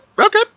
okay